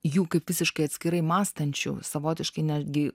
jų kaip visiškai atskirai mąstančių savotiškai netgi